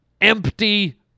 empty